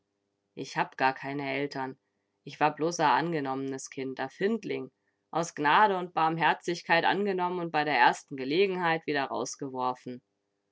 ich hab gar keine eltern ich war bloß a angenommenes kind a findling aus gnade und barmherzigkeit angenommen und bei der ersten gelegenheit wieder rausgeworfen